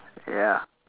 ya